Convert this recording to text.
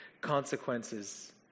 consequences